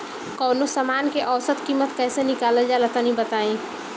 कवनो समान के औसत कीमत कैसे निकालल जा ला तनी बताई?